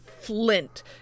flint